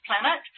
planet